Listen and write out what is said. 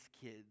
kids